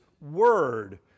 word